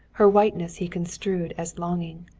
her whiteness he construed as longing.